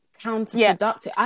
counterproductive